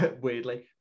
weirdly